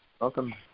Welcome